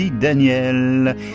Daniel